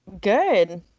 good